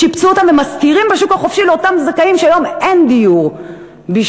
שיפצו אותן ומשכירים בשוק החופשי לאותם זכאים שהיום אין דיור בשבילם.